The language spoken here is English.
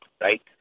right